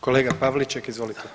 Kolega Pavliček, izvolite.